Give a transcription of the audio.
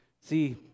See